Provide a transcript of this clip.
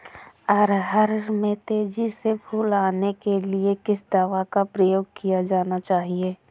अरहर में तेजी से फूल आने के लिए किस दवा का प्रयोग किया जाना चाहिए?